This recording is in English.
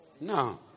No